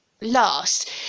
last